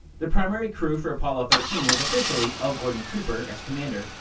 the primary crew for apollo thirteen was officially l. gordon cooper as commander,